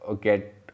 get